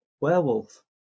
werewolf